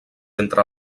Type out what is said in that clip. entre